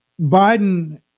Biden